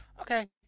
Okay